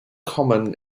common